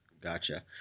Gotcha